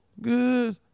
good